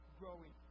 growing